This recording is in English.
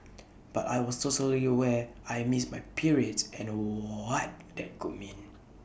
but I was totally aware I missed my periods and what that could mean